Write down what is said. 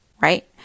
right